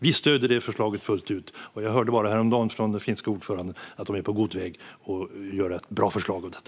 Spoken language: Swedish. Vi stöder det förslaget fullt ut, och jag hörde bara häromdagen från det finska ordförandeskapet att de är på god väg att få fram ett bra förslag om detta.